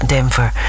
Denver